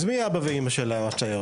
אז מי האבא והאימא של הסייעות,